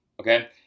Okay